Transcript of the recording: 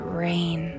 rain